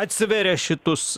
atsveria šitus